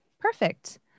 Perfect